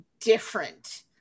different